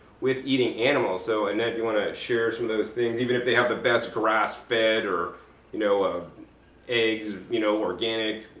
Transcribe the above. with eating animals. so annette, you want to share some of those things? even if they have the best grass fed or you know ah eggs you know organic,